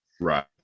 Right